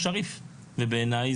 על שוויון,